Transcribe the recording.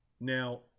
Now